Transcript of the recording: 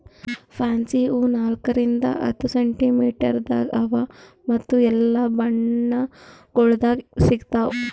fancy ಹೂವು ನಾಲ್ಕು ರಿಂದ್ ಹತ್ತು ಸೆಂಟಿಮೀಟರದಾಗ್ ಅವಾ ಮತ್ತ ಎಲ್ಲಾ ಬಣ್ಣಗೊಳ್ದಾಗ್ ಸಿಗತಾವ್